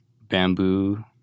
bamboo